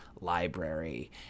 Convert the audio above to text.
library